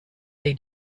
they